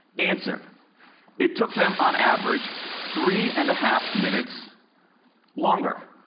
answer it took them, on average, three and a half minutes longer.